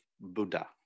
Buddha